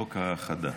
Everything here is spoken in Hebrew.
חוק האחדה.